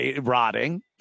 rotting